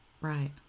Right